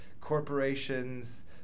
corporations